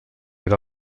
era